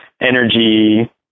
energy